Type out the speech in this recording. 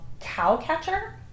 Cowcatcher